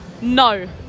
No